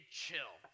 chill